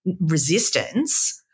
resistance